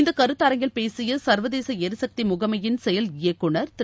இந்த கருத்தரங்கில் பேசிய சர்வதேச எரிகக்தி முகமையின் செயல் இயக்குநர் திரு